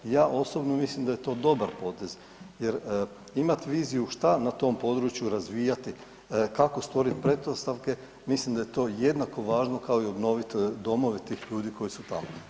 I ja osobno mislim da je to dobar potez jer imat viziju šta na tom području razvijati, kako stvoriti pretpostavke mislim da je to jednako važno kao i obnoviti domove tih ljudi koji su tamo.